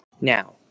Now